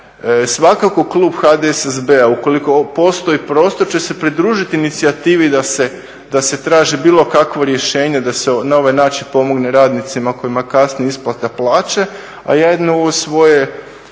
svakako klub HDSSB-a ukoliko postoji prostor će se pridružiti inicijativi da se traži bilo kakvo rješenje, da se na ovaj način pomogne radnicima kojima kasni isplata plaće, a ja u svoje